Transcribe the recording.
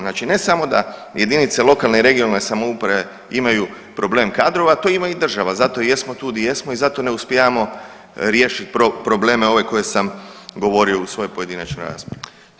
Znači ne samo da jedinice lokalne i regionalne samouprave imaju problem kadrova, a to i ma i država zato jesmo tu gdje jesmo i zato ne uspijevamo riješiti probleme ove koje sam govorio u svojoj pojedinačnoj raspravi.